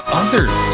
others